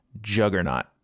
juggernaut